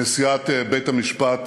נשיאת בית-המשפט